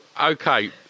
Okay